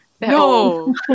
no